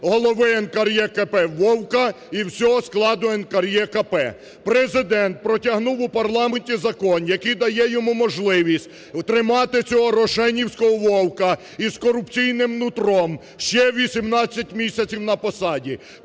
голови НКРЕКП Вовка і всього складу НКРЕКП. Президент протягнув у парламенті закон, який дає йому можливість тримати цього "рошенівського вовка" із корупційним нутром ще 18 місяців на посаді.